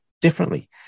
differently